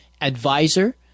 advisor